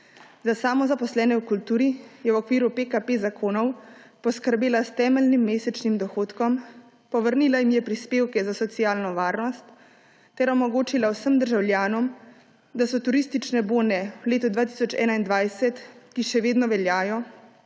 Za samozaposlene v kulturi je v okviru PKP zakonov poskrbela s temeljnim mesečnim dohodkom, povrnila jim je prispevke za socialno varnost ter omogočila vsem državljanom, da so turistične bone v letu 2021, ki še vedno veljajo,